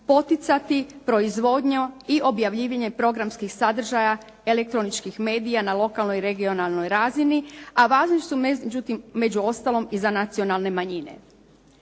poticati proizvodnja i objavljivanje programskim sadržaja elektroničkih medija na lokalnoj i regionalnoj razini a važni su među ostalim i za nacionalne manjine.